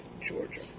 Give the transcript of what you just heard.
Georgia